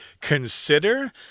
consider